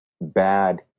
bad